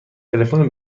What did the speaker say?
تلفن